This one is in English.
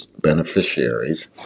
beneficiaries